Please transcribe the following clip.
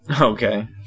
Okay